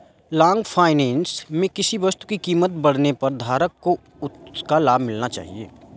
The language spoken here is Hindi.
लॉन्ग फाइनेंस में किसी वस्तु की कीमत बढ़ने पर धारक को उसका लाभ मिलना चाहिए